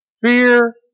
Fear